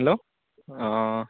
hello অঁ